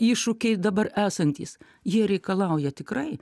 iššūkiai dabar esantys jie reikalauja tikrai